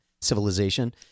civilization